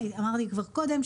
אמרתי כבר קודם,